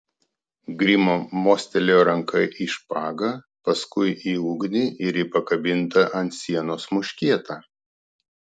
grimo mostelėjo ranka į špagą paskui į ugnį ir į pakabintą ant sienos muškietą